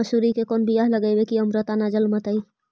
मसुरी के कोन बियाह लगइबै की अमरता न जलमतइ?